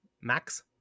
Max